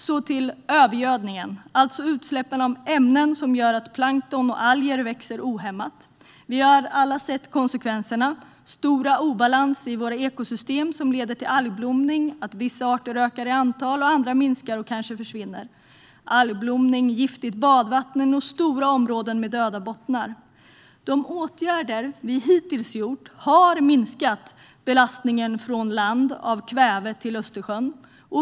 Så till övergödningen, alltså utsläppen av ämnen som gör att plankton och alger växer ohämmat. Vi har alla sett konsekvenserna: stora obalanser i vårt ekosystem som leder till algblomning, att vissa arter ökar i antal och andra minskar och kanske försvinner, algblomning med giftigt badvatten och stora områden med döda bottnar. De åtgärder vi hittills vidtagit har minskat belastningen från land av kväve i Östersjön.